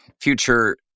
future